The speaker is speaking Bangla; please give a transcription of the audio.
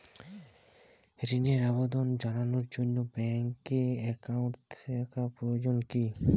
ঋণের আবেদন জানানোর জন্য ব্যাঙ্কে অ্যাকাউন্ট থাকা প্রয়োজন কী?